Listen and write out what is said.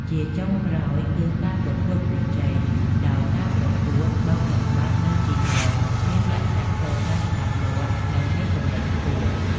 ជាចុងក្រោយ គឺការប្រកួតប្រជែង ដោយការប្រកួតបោកចំបាប់នៅទីក្រុងមានលក្ខណៈ ផ្លូវការ ច្បាស់លាស់ និងមានកម្រិតខ្ពស់។